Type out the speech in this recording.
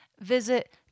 Visit